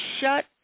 shut